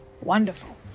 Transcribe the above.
Wonderful